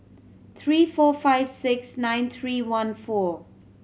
three four five six nine three one four